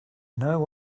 know